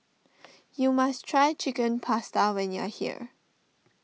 you must try Chicken Pasta when you are here